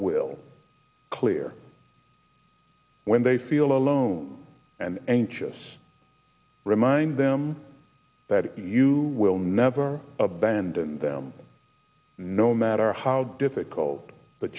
will clear when they feel alone and anxious remind them that you will never abandon them no matter how difficult